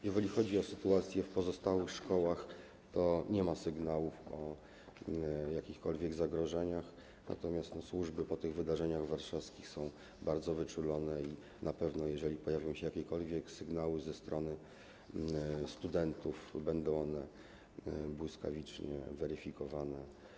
Jeżeli chodzi o sytuację w pozostałych szkołach, to nie ma sygnałów o jakichkolwiek zagrożeniach, natomiast służby po tych wydarzeniach warszawskich są bardzo wyczulone i jeżeli pojawią się jakiekolwiek sygnały ze strony studentów, na pewno będą one błyskawicznie weryfikowane.